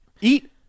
eat